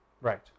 right